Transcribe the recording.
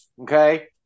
Okay